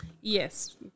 yes